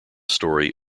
story